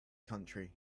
country